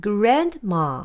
Grandma